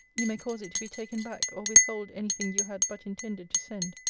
you may cause it to be taken back, or withhold any thing you had but intended to send.